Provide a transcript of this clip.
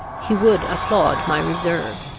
he would applaud my reserve.